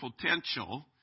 potential